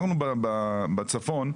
אנחנו בצפון,